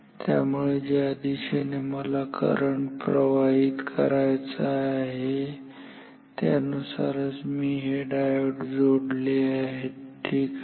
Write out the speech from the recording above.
त्यामुळे ज्या दिशेने मला करंट प्रवाहित करायचा आहे हे त्यानुसारच मी हे डायोड जोडले आहेत ठीक आहे